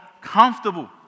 comfortable